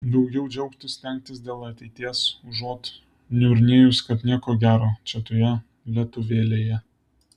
daugiau džiaugtis stengtis dėl ateities užuot niurnėjus kad nieko gero čia toje lietuvėlėje